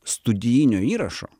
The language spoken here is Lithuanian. studijinio įrašo